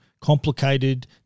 Complicated